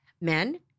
men